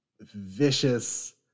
vicious